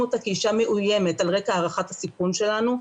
אותה כאישה מאוימת על רקע הערכת הסיכון שלנו,